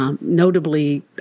notably